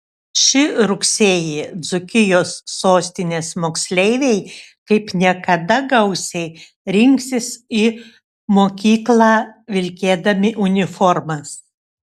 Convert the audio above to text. šį rugsėjį dzūkijos sostinės moksleiviai kaip niekada gausiai rinksis į mokyklą vilkėdami uniformas